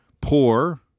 poor